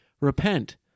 Repent